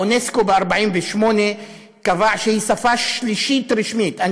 אונסק"ו קבע ב-1948 שהיא שפה רשמית שלישית,